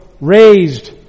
raised